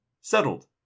settled